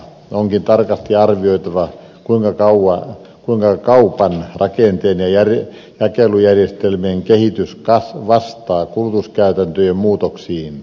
onkin tarkasti arvioitava kuinka kaupan rakenteiden ja jakelujärjestelmien kehitys vastaa kulutuskäytäntöjen muutoksiin